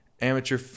amateur